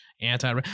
anti